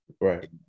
Right